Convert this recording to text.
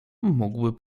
mógłby